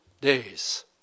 days